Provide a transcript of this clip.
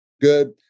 good